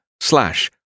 slash